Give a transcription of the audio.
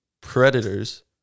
predators